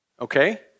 okay